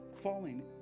falling